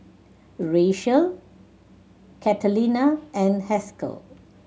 Rachael Catalina and Haskell